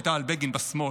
הייתה על בגין בשמאל?